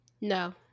No